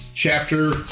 chapter